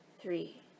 three